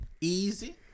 Easy